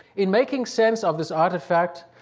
in making sense of this artifact,